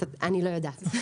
אני לא יודעת.